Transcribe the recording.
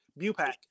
BUPAC